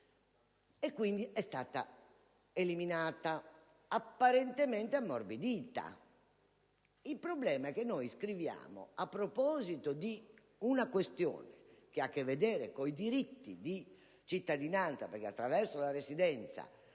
è stata eliminata e apparentemente ammorbidita. Il problema è che, a proposito di una questione che ha a che vedere con i diritti di cittadinanza (perché attraverso la residenza